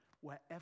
wherever